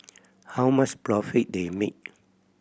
how much profit they make